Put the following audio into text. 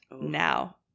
now